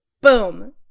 Boom